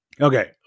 Okay